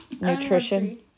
nutrition